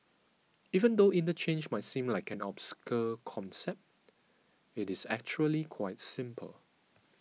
even though interchange might seem like an obscure concept it is actually quite simple